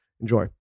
Enjoy